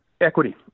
Equity